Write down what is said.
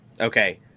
Okay